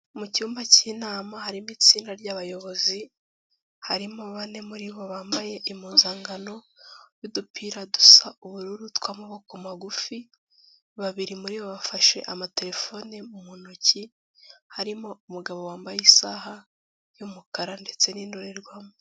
Mu cyumba cy'inama, harimo itsinda ry'abayobozi, harimo bane muri bo bambaye impuzankano y'udupira dusa ubururu tw'amaboko magufi, babiri muri bo bafashe amaterefone mu ntoki, harimo umugabo wambaye isaha y'umukara ndetse n'indorerwamo.